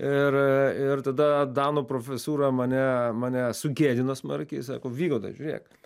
ir ir tada danų profesūra mane mane sugėdino smarkiai sako vygandai žiūrėk